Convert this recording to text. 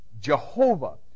jehovah